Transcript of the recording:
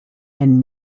and